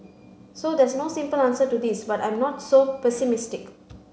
so there's no simple answer to this but I'm not so pessimistic